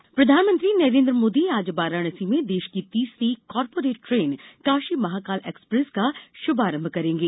वाराणसी मोदी प्रधानमंत्री नरेंद्र मोदी आज वाराणसी में देश की तीसरी corporate train Kashi Mahakal Express का शुभारंभ करेंगे